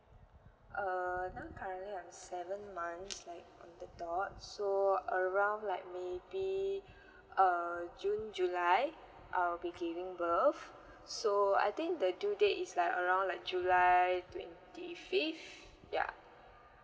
err now currently I'm seven months like on the dot so around like maybe err june july I'll be giving birth so I think the due date is like around like july twenty fifth yeah